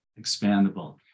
expandable